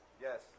Yes